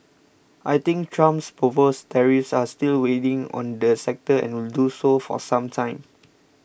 I think Trump's proposed tariffs are still weighing on the sector and will do so for some time